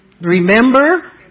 remember